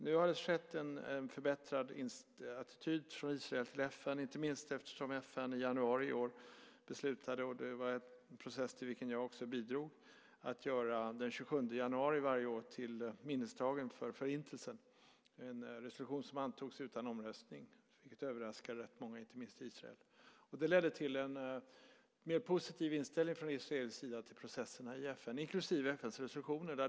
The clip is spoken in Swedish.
Nu har det emellertid från Israels sida skett en förbättrad attityd till FN, inte minst beroende på att FN i januari i år beslutade att göra den 27 januari varje år till minnesdag för Förintelsen. Det var en process till vilken även jag bidrog. Resolutionen antogs utan omröstning, vilket överraskade många, inte minst Israel. Det ledde till en mer positiv inställning från israelisk sida till processerna i FN, inklusive FN:s resolutioner.